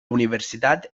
universitat